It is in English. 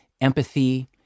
empathy